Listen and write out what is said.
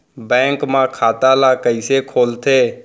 Bank म खाता ल कइसे खोलथे?